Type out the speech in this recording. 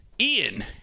Ian